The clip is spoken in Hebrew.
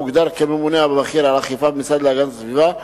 המוגדר כמנהל הבכיר על האכיפה במשרד להגנת הסביבה,